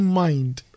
mind